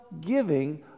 giving